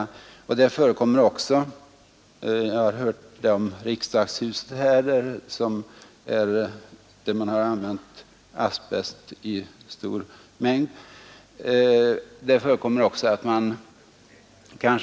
Jag har också hört att här i riksdagshuset har man använt asbest i stor mängd för isoleringsarbeten och att många som arbetade här utsattes för dammet.